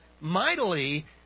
mightily